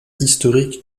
historique